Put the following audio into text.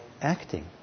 acting